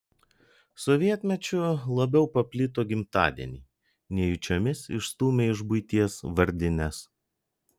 sovietmečiu labiau paplito gimtadieniai nejučiomis išstūmę iš buities vardines